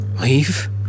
Leave